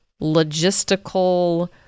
logistical